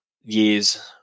years